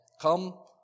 Come